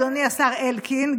אדוני השר אלקין,